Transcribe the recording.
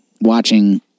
watching